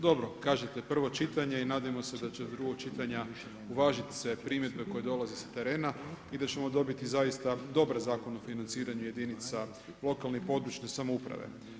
Dobro kažete prvo čitanje i nadajmo se da će do drugog čitanja uvažit sve primjedbe koje dolaze sa terena i da ćemo dobiti zaista dobar Zakon o financiranju jedinica lokalne i područne samouprave.